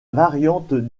variante